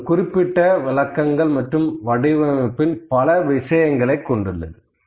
இது ஒரு குறிப்பிட்ட விளக்கங்கள் மற்றும் வடிவமைப்பின் பல விஷயங்களை கொண்டுள்ளது